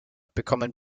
bekommen